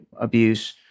abuse